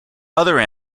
other